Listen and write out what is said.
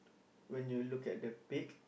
when you look at the beak